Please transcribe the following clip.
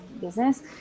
business